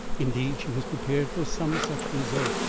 indeed, she was prepared for some such result,